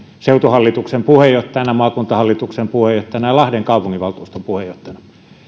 seutuhallituksen puheenjohtajana maakuntahallituksen puheenjohtajana ja lahden kaupunginvaltuuston puheenjohtajana